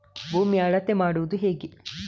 ಭೂಮಿಯ ಅಳತೆ ಮಾಡುವುದು ಹೇಗೆ?